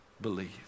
believe